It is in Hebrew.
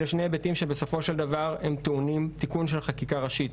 אלה שני היבטים שבסופו של דבר טעונים תיקון של חקיקה ראשית.